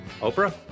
Oprah